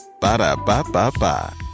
Ba-da-ba-ba-ba